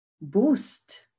boost